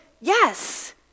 yes